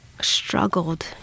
struggled